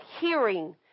hearing